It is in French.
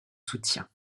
soutiens